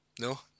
No